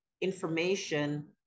information